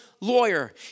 lawyer